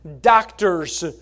doctors